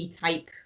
type